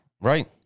Right